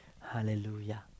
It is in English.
Hallelujah